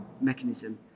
mechanism